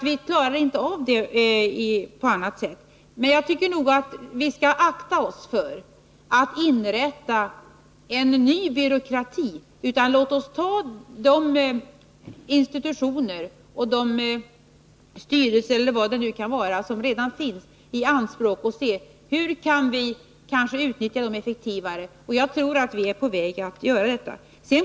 Vi klarar inte av det på annat sätt. Men jag tycker nog att vi skall akta oss för att inrätta en ny byråkrati, utan låt oss ta de institutioner och de styrelser eller vad det nu kan vara som redan finns i anspråk och se hur vi skall kunna utnyttja dem effektivare. Jag tror att vi är på väg att göra detta.